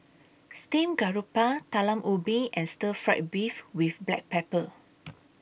Steamed Garoupa Talam Ubi and Stir Fried Beef with Black Pepper